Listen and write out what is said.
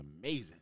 amazing